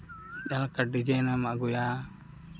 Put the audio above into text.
ᱡᱟᱦᱟᱸ ᱞᱮᱠᱟ ᱰᱤᱡᱟᱭᱤᱱ ᱮᱢ ᱟᱹᱜᱩᱭᱟ